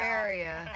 area